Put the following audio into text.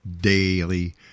daily